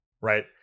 right